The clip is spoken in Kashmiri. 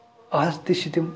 اَہن حظ تہِ چھِ تِم